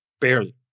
barely